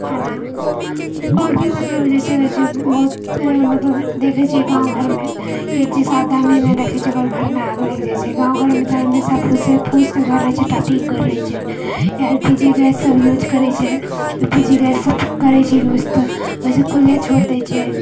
खाना आओर भी मतलब जे छै होइ छै बहुत मतलब देखै छिए गाँव घरमे कि जे सावधानी नहि रखै छै ओकर घरमे आगि लागि जाइ छै गाँव घरमे कारण फुसे फूसके घर रहै छै टाटके घर रहै छै एल पी जी गैस सब यूज करै छै पी जी गैस सब करै छै यूज तऽ खुले छोड़ि दै छै